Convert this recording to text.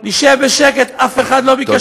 תשב בשקט, אף אחד לא ביקש ממך להפריע.